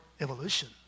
evolution